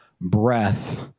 breath